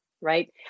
right